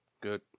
Good